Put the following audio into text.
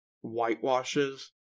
whitewashes